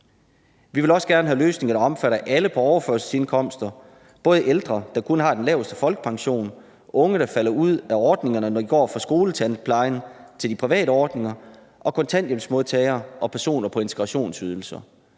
Vi vil også gerne have løsninger, der omfatter alle på overførselsindkomster, både ældre, der kun har den laveste folkepension, unge, der falder ud af ordningerne, når de går fra skoletandplejen til de private ordninger, og kontanthjælpsmodtagere og personer på integrationsydelse.